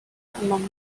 among